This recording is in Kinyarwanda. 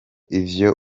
ivyo